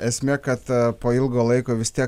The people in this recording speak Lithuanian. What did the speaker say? esmė kad po ilgo laiko vis tiek